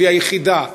והיא היחידה,